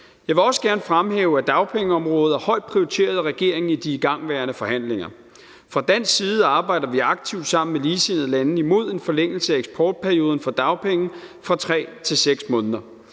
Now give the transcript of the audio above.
Jeg vil også gerne fremhæve, at dagpengeområdet er højt prioriteret af regeringen i de igangværende forhandlinger. Fra dansk side arbejder vi aktivt sammen med ligesindede lande imod en forlængelse af eksportperioden for dagpenge fra 3 til 6 måneder.